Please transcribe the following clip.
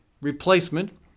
replacement